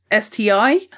STI